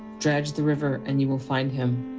dredge the river and you will find him.